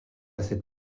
cette